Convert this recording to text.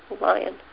lion